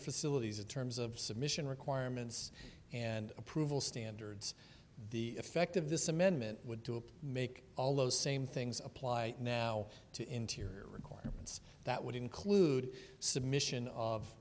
facilities in terms of submission requirements and approval standards the effect of this amendment would to make all those same things apply now to interior requirements that would include submission of